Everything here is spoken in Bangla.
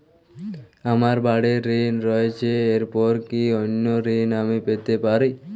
আমার বাড়ীর ঋণ রয়েছে এরপর কি অন্য ঋণ আমি পেতে পারি?